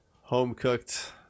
home-cooked